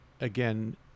again